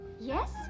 Yes